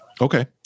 Okay